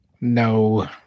No